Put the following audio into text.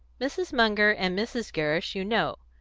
mrs. munger and mrs. gerrish you know.